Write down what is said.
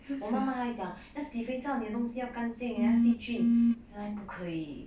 我妈妈还讲要洗肥皂你的东西要干净没有细菌原来不可以